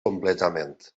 completament